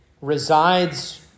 resides